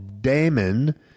Damon